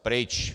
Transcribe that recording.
Pryč.